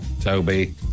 Toby